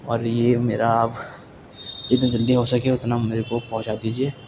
اور یہ میرا آپ جتنی جلدی ہو سکے اتنا میرے کو پہنچا دیجیے